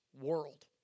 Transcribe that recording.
world